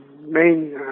main